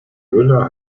köhler